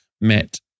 met